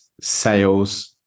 sales